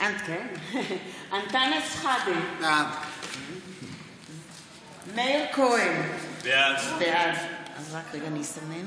אנטאנס שחאדה, בעד מאיר כהן, בעד אלכס קושניר,